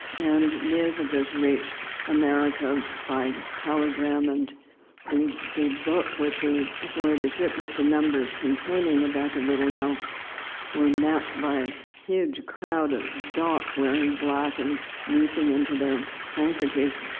and news of this reached america by telegram, and the the book with the i'm sorry, the ship with the numbers containing the death of little nell were met by a huge crowd at and the dock wearing black and weeping into their handkerchiefs.